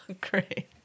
Great